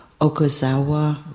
Okazawa